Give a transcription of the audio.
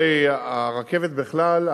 הרי הרכבת בכלל,